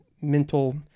mental